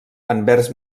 anvers